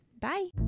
Bye